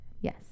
Yes